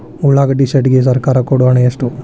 ಉಳ್ಳಾಗಡ್ಡಿ ಶೆಡ್ ಗೆ ಸರ್ಕಾರ ಕೊಡು ಹಣ ಎಷ್ಟು?